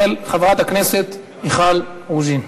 מס' 1168, של חברת הכנסת מיכל רוז'ין.